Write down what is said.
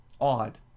odd